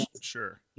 sure